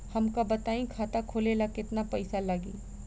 हमका बताई खाता खोले ला केतना पईसा लागी?